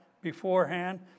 beforehand